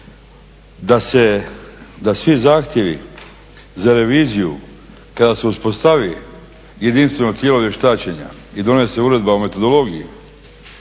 Da svi zahtjevi za reviziju kada se uspostavi jedinstveno tijelo vještačenja i donese uredba o metodologiji